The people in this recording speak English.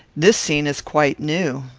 this scene is quite new.